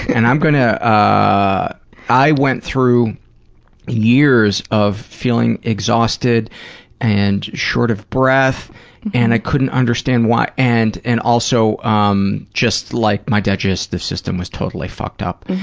and i'm gonna, ah i went through years of feeling exhausted and short of breath and i couldn't understand why and and also um just, like, my digestive system was totally fucked-up.